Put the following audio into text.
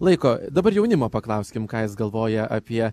laiko dabar jaunimo paklauskim ką jis galvoja apie